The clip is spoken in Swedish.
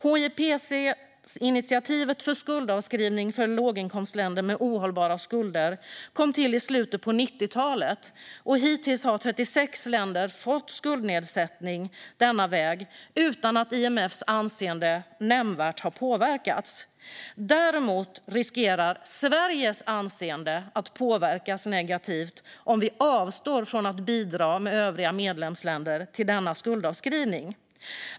HIPC-initiativet för skuldavskrivning för låginkomstländer med ohållbara skulder kom till i slutet av 1990-talet, och hittills har 36 länder fått skuldnedsättning denna väg utan att IMF:s anseende nämnvärt har påverkats. Däremot riskerar Sveriges anseende att påverkas negativt om vi tillsammans med övriga medlemsländer avstår från att bidra till denna skuldavskrivning.